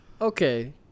Okay